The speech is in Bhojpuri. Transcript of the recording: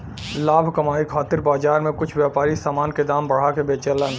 लाभ कमाये खातिर बाजार में कुछ व्यापारी समान क दाम बढ़ा के बेचलन